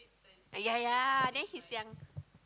ya ya then he's young